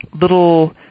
little